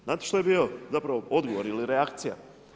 Znate što je bio zapravo odgovor ili reakcija?